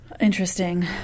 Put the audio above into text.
interesting